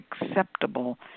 acceptable